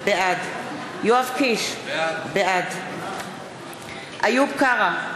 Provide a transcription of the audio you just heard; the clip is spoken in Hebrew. בעד יואב קיש, בעד איוב קרא,